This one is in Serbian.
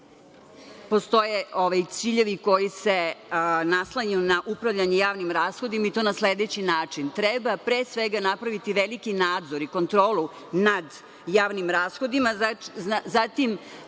ciljevi, ciljevi koji se naslanjaju na upravljanje javnim rashodima i to na sledeći način. Pre svega, treba napraviti veliki nadzor i kontrolu nad javnim rashodima, zatim